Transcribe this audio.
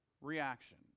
reaction